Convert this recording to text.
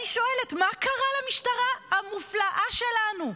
אני שואלת: מה קרה למשטרה המופלאה שלנו?